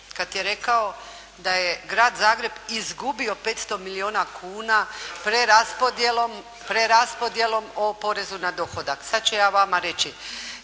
kada je rekao da je Grad Zagreb izgubio 500 milijuna kuna preraspodjelom o porezu na dohodak. Sada ću ja vama reći.